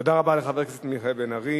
תודה רבה לחבר הכנסת מיכאל בן-ארי.